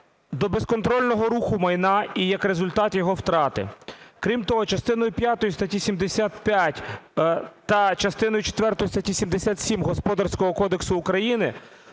до безконтрольного руху майна і як результат його втрати. Крім того, частиною п'ятою статті 75 та частиною четвертою статті 77 Господарського кодексу України